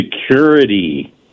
security